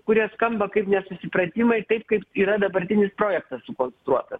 kurie skamba kaip nesusipratimai taip kaip yra dabartinis projektas sukonstruotas